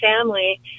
family